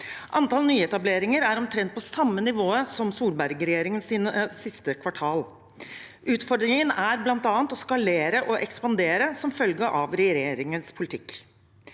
Antall nyetableringer er omtrent på samme nivå som Solberg-regjeringens siste kvartal. Utfordringen er bl.a. å skalere og ekspandere som følge av regjeringens politikk.